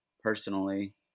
personally